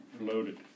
Loaded